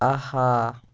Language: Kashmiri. آہا